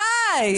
די.